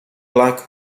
black